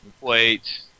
Wait